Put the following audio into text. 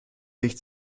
sich